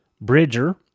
Bridger